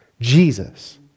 Jesus